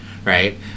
right